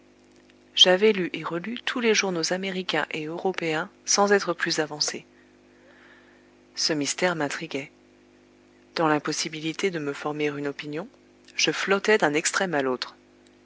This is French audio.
j'avais lu et relu tous les journaux américains et européens sans être plus avancé ce mystère m'intriguait dans l'impossibilité de me former une opinion je flottais d'un extrême à l'autre